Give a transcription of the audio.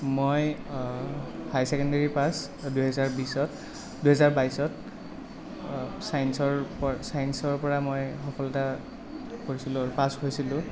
মই high secondary pass দুহেজাৰ বিছত দুহেজাৰ বাইছত চাইন্সৰ পৰা চাইন্সৰ পৰা মই সফলতা কৰিছিলোঁ পাছ হৈছিলোঁ